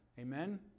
amen